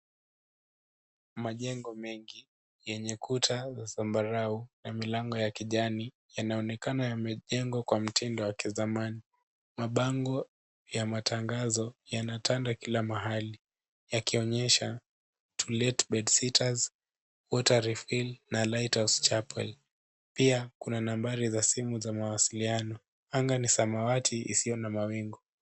Majengo mengi yenye kuta za zambarau, na milango ya kijani, yanaonekana yamejengwa kwa mtindo wa kizamani. Mabango ya matangazo, yanatanda kila mahali yakionyesha to let, bedsitters, water refill na Lighthouse chapel. Pia kuna nambari za simu za mawasiliano. Anga ni samawati, isiyo na mawingu.